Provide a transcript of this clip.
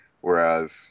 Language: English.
whereas